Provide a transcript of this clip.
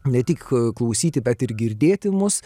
ne tik klausyti bet ir girdėti mus